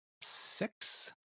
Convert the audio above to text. six